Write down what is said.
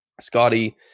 scotty